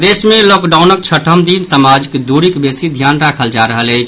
प्रदेश मे लॉकडाउनक छठम दिन समाजिक दूरीक बेसी ध्यान राखल जा रहल अछि